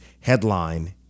headline